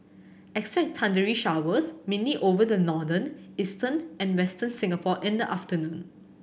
expect thundery showers mainly over the northern eastern and Western Singapore in the afternoon